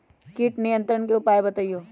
किट नियंत्रण के उपाय बतइयो?